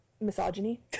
Misogyny